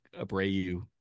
Abreu